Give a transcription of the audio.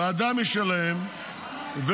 ועדה משלהם,